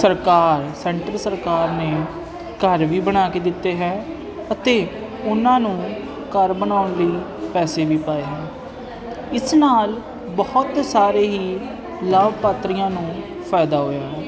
ਸਰਕਾਰ ਸੈਂਟਰ ਸਰਕਾਰ ਨੇ ਘਰ ਵੀ ਬਣਾ ਕੇ ਦਿੱਤੇ ਹੈ ਅਤੇ ਉਹਨਾਂ ਨੂੰ ਘਰ ਬਣਾਉਣ ਲਈ ਪੈਸੇ ਵੀ ਪਾਏ ਇਸ ਨਾਲ ਬਹੁਤ ਸਾਰੇ ਹੀ ਲਾਭਪਾਤਰੀਆਂ ਨੂੰ ਫਾਇਦਾ ਹੋਇਆ